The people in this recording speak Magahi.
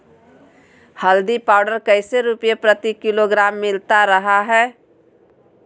हल्दी पाउडर कैसे रुपए प्रति किलोग्राम मिलता रहा है?